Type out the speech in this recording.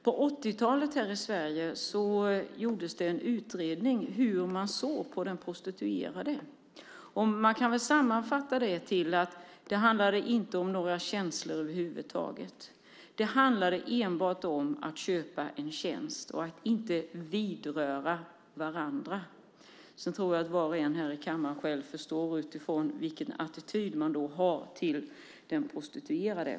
På 80-talet gjordes en utredning här i Sverige om hur man såg på de prostituerade. Man kan sammanfatta det med att det inte handlade om några känslor över huvud taget. Det handlade enbart om att köpa en tjänst och att inte vidröra varandra. Jag tror att var och en här i kammaren förstår vilken attityd man då hade till den prostituerade.